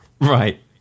Right